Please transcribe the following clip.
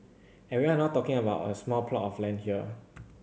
and we're not talking about a small plot of land here